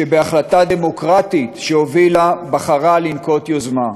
שבהחלטה דמוקרטית שהובילה, בחרה לנקוט יוזמה.